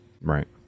Right